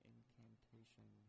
Incantation